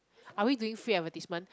are we doing free advertisement